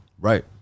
right